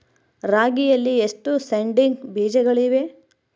ರಾಗಿಯಲ್ಲಿ ಎಷ್ಟು ಸೇಡಿಂಗ್ ಬೇಜಗಳಿವೆ?